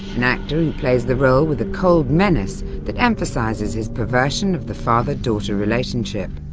an actor who plays the role with a cold menace that emphasises his perversion of the father-daughter relationship.